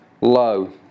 low